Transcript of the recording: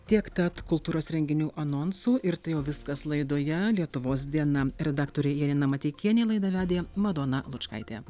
tiek tad kultūros renginių anonsų ir tai jau viskas laidoje lietuvos diena redaktorė janina mateikienė laidą vedė madona lučkaitė